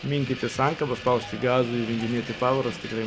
minkyti sankabą spausti gazą ir junginėti pavaras tikrai